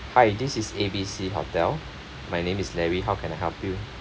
hi this is A B C hotel my name is larry how can I help you